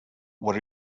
what